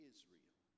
Israel